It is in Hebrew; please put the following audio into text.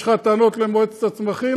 יש לך טענות למועצת הצמחים?